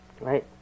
Right